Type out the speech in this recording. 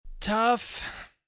Tough